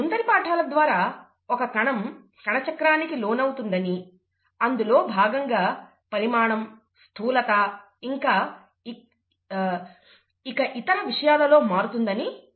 ముందరి పాఠాల ద్వారా ఒక కణం కణచక్రానికి లోనవుతుందని అందులో భాగంగా పరిమాణం స్థూలత ఇంకా ఇక ఇతర విషయాలలో మారుతుందని మీరు చదువుకుని ఉంటారు